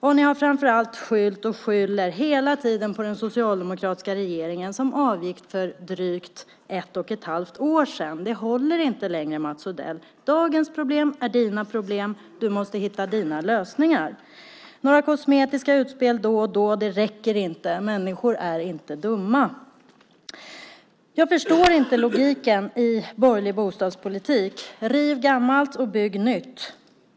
Och framför allt har ni hela tiden skyllt och skyller alltjämt på den socialdemokratiska regeringen som avgick för drygt ett och ett halvt år sedan. Det håller inte längre, Mats Odell! Dagens problem är dina problem, och du måste hitta dina lösningar. Några kosmetiska utspel då och då räcker inte. Människor är inte dumma. Jag förstår inte logiken i borgerlig bostadspolitik: Riv gammalt och bygg nytt!